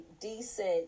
decent